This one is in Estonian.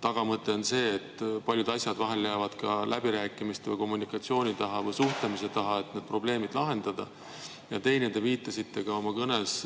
tagamõte on see, et paljud asjad vahel jäävad ka läbirääkimiste või kommunikatsiooni, suhtlemise taha, et need probleemid lahendada. Ja teiseks. Te viitasite oma kõnes